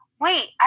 wait